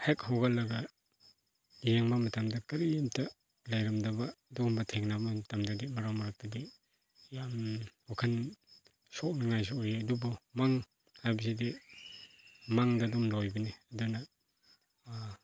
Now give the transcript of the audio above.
ꯍꯦꯛ ꯍꯧꯒꯠꯂꯒ ꯌꯦꯡꯕ ꯃꯇꯝꯗ ꯀꯔꯤꯝꯇ ꯂꯩꯔꯝꯗꯕ ꯑꯗꯨꯒꯨꯝꯕ ꯊꯦꯡꯅꯕ ꯃꯇꯝꯗꯗꯤ ꯃꯔꯛ ꯃꯔꯛꯇꯗꯤ ꯌꯥꯝ ꯋꯥꯈꯜ ꯁꯣꯛꯅꯤꯡꯉꯥꯏꯁꯨ ꯑꯣꯏꯌꯦ ꯑꯗꯨꯕꯨ ꯃꯪ ꯍꯥꯏꯕꯁꯤꯗꯤ ꯃꯪꯗ ꯑꯗꯨꯝ ꯂꯣꯏꯕꯅꯤ ꯑꯗꯨꯅ